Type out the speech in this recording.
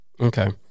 Okay